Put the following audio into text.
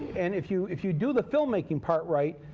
and if you if you do the filmmaking part right,